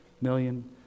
million